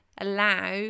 allow